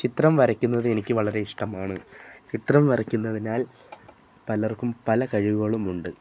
ചിത്രം വരയ്ക്കുന്നതെനിക്ക് വളരെ ഇഷ്ടമാണ് ചിത്രം വരയ്ക്കുന്നതിനാൽ പലർക്കും പല കഴിവുകളുമുണ്ട്